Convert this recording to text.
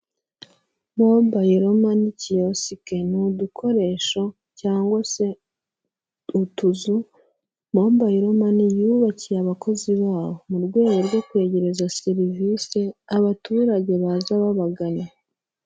Mobayiro mani kiyosike ni udukoresho cyangwa se utuzu, mobayiro mani yubakiye abakozi bayo, mu rwego rwo kwegereza serivisi abaturage baza babagana.